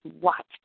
watch